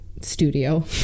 studio